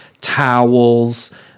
towels